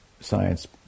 science